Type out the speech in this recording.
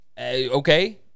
Okay